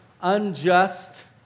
unjust